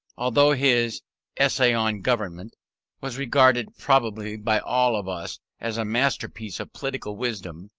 although his essay on government was regarded probably by all of us as a masterpiece of political wisdom,